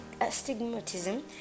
astigmatism